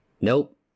nope